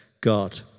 God